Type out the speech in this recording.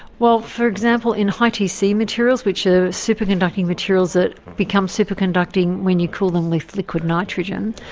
well, for example, in high tc materials, which are superconducting materials that become superconducting when you cool them with liquid nitrogen.